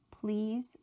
Please